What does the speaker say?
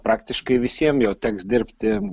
praktiškai visiem jau teks dirbti